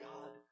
God